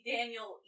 Daniel